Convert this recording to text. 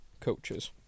coaches